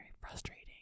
frustrating